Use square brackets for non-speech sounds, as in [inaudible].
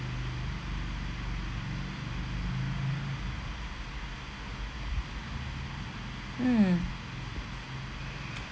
mm [breath]